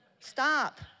stop